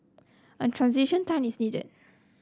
a transition time is needed